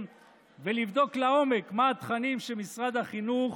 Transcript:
ולבדוק לעומק מה התכנים שמשרד החינוך